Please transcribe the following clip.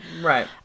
Right